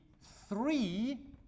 three